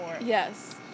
Yes